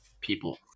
people